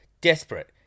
Desperate